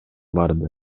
барды